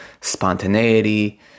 spontaneity